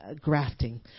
grafting